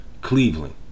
Cleveland